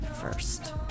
first